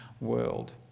world